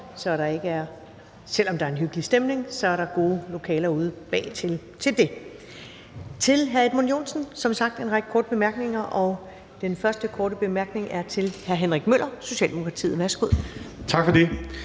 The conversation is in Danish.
pågår. Så selv om der er en hyggelig stemning, er der gode lokaler ude bagtil til det. Til hr. Edmund Joensen er der som sagt en række korte bemærkninger. Den første korte bemærkning er til hr. Henrik Møller, Socialdemokratiet. Værsgo. Kl.